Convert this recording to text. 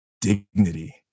dignity